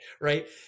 right